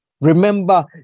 Remember